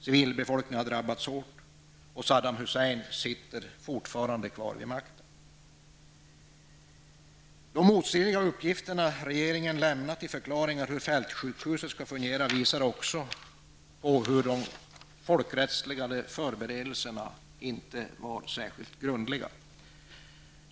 Civilbefolkningen har drabbats hårt, och Saddam Hussein sitter fortfarande kvar vid makten. De motstridiga uppgifter som regeringen har lämnat som förklaringar till hur fältsjukhuset skall fungera visar också att de folkrättsliga förberedelserna inte var särskilt grundliga.